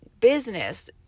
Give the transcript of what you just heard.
business